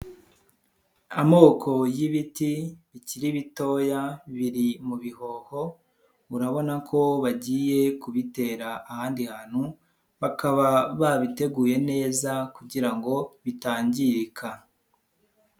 Amoko y'ibiti bikiri bitoya biri mu bihoho, urabona ko bagiye kubitera ahandi hantu, bakaba babiteguye neza kugira ngo bitangirika.